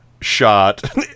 shot